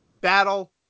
Battle